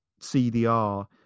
cdr